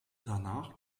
danach